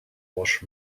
wash